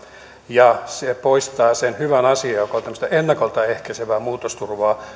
ja se poistaa sen hyvän asian joka on tämmöistä ennakolta ehkäisevää muutosturvaa